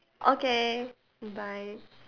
okay bye